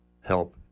help